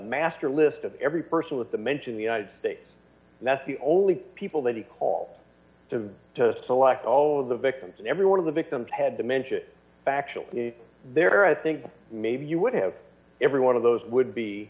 master list of every person with the mention the united states and that's the only people that he call to select all of the victims and every one of the victims had dementia actually there i think maybe you would have every one of those would